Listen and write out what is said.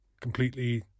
completely